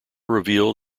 revealed